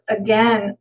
again